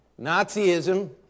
Nazism